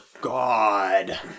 God